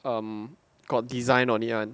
um got design on it